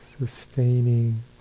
sustaining